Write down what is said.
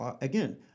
again